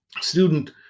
student